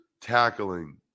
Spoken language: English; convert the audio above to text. Tackling